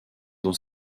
dans